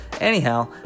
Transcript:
Anyhow